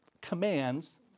commands